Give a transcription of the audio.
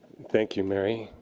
thank you, mary.